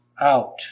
out